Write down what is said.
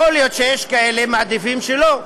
יכול להיות שיש כאלה שמעדיפים שלא.